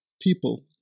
people